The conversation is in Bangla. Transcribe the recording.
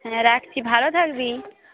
হ্যাঁ রাখছি ভালো থাকবি